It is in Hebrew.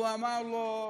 הוא אמר לו: